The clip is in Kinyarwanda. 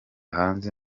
hanze